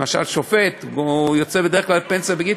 למשל שופט, והוא יוצא בדרך כלל לפנסיה בגיל,